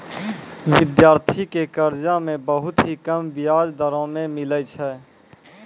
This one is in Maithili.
विद्यार्थी के कर्जा मे बहुत ही कम बियाज दरों मे मिलै छै